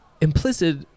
implicit